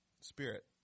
Spirit